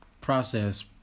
process